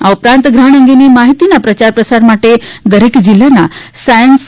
આ ઉપરાંત ગ્રહણ અંગેની માહિતીના પ્રચાર પ્રસાર માટે દરેક જિલ્લાના સાયન્સ તા